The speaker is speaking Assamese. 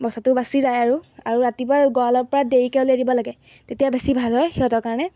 বচাটো বাচি যায় আৰু আৰু ৰাতিপুৱা গঁৰালৰ পৰা দেৰিকৈ উলিয়াই দিব লাগে তেতিয়া বেছি ভাল হয় সিহঁতৰ কাৰণে